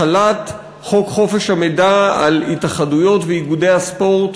החלת חוק חופש המידע על התאחדויות ואיגודי הספורט